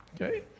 Okay